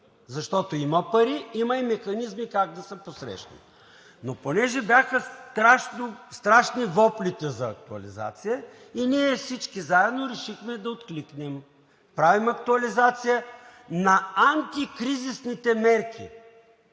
защото има пари, има и механизми как да се посрещне, но понеже бяха страшни воплите за актуализация и ние всички заедно решихме да откликнем. Правим актуализация на антикризисните мерки,